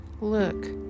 Look